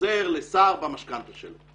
עוזר לשר במשכנתה שלו.